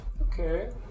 Okay